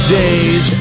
days